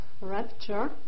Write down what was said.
rapture